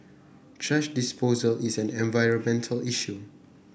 thrash disposal is an environmental issue